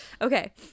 Okay